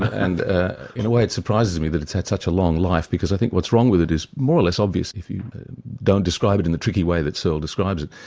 and ah in a way it surprises me that it's had such a long life, because i think what's wrong with it is more or less obvious if you don't describe it in the tricky way that searle describes it.